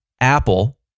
Apple